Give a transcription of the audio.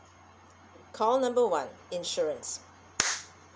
call number one insurance